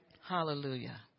Hallelujah